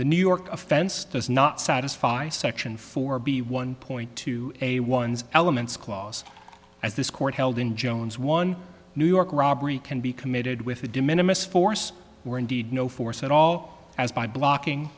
the new york offense does not satisfy section four b one point two a one's elements clause as this court held in jones one new york robbery can be committed with a diminished force or indeed no force at all as by blocking